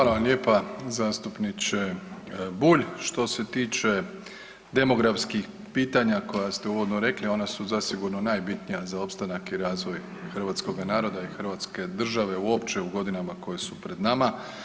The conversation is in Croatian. Hvala vam lijepa zastupniče Bulj, što se tiče demografskih pitanja koja ste uvodno rekli ona su zasigurno najbitnija za opstanak i razvoj hrvatskoga naroda i hrvatske države uopće u godinama koje su pred nama.